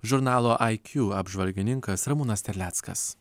žurnalo iq apžvalgininkas ramūnas terleckas